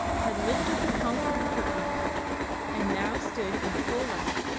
had lifted the conquered curtain and now stood in full light,